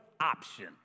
option